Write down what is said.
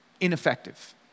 ineffective